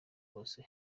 hose